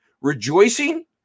rejoicing